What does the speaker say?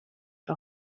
the